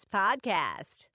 podcast